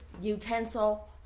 utensil